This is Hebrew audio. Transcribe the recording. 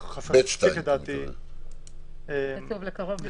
כתוב "לקרוב משפחה".